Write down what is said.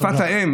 שפת האם,